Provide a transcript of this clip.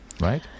right